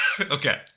Okay